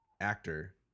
actor